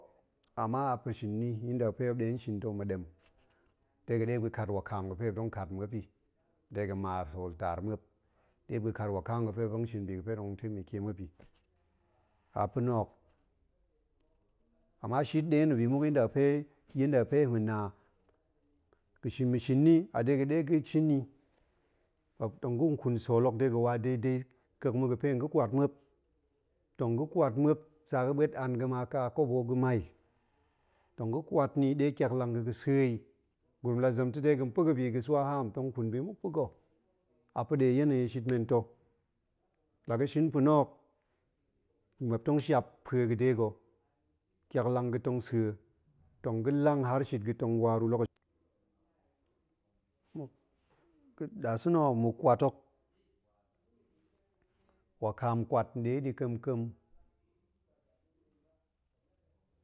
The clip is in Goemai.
Ama a pa̱ shin ni yada ga̱ fe muop ɗe shin ta̱ ma̱ ɗem de ga̱ ɗe muop ga̱ kat wakam ga̱ fe muop tong kat nmuop i de ga̱n ma sool taar muop ɗe muop ga̱ kat wakam ga̱ fe muop tong shin bi ga̱ fe tong taimake muop i. a pa̱ na̱ hok. ama shit ɗe na̱ bi muk yinda ga̱ fe-yinda ga̱ fe ma̱ na. ga̱ shin. ma̱ shin ni a yada ga̱ fe nga̱ shin ni. muop tong ga̱n ƙun sool hok de ga̱ wa dedai ƙek ma̱ ga̱ fe tong ga̱ kwat muop. tong ga̱ kwat muop. sa ga̱ ɓuet an ga̱ ma ƙa kobo ga̱mai. tong ga̱ kwat ni ɗe ƙiaklang ga̱, ga̱ sa̱e i. gurum la zem ta̱ ɗe ga̱ pa̱ ga̱ bi swa haam tong ƙun bi muk pa̱ ga̱. a pa̱ ɗe yenayi shit men ta̱. la ga̱ shin pa̱na̱ hok. muop tong shiap pue ga̱ de ga̱, ƙiaklang ga̱ tong sa̱e. tong ga̱ lang har shit ga̱ tong wa ruu lakash. nasa̱na̱ ho muk kwat hok. wakam kwat ɗe ɗi ƙa̱m-ƙa̱m